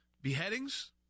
Beheadings